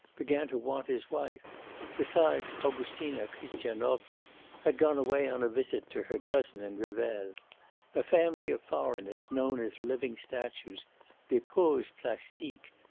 began to want his wife besides, augustina christianovna had gone away on a visit to her cousin in revel a family of foreigners, known as living statues des poses plastiques,